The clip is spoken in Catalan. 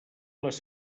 les